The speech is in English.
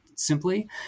simply